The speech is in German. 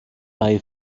bei